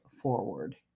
forward